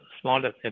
smaller